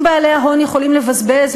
אם בעלי ההון יכולים לבזבז,